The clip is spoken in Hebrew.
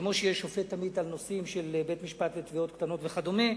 כמו שיש שופט עמית בנושאים של בית-משפט לתביעות קטנות וכדומה,